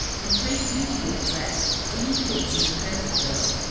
and great beauty of dress, unequaled in the temperate zone.